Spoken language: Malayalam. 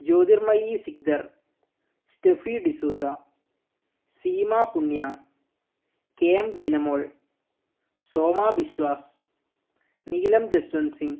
Jyothirmayi Sikdar Stephy D'Souza Seema Punia K M Beenamol Soma Biswas Neelam Jaswant Singh